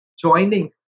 joining